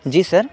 جی سر